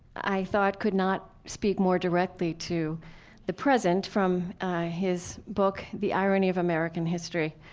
i thought could not speak more directly to the present from his book the irony of american history.